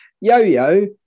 Yo-yo